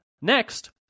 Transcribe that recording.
Next